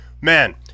man